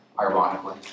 ironically